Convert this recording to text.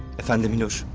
efendi milos.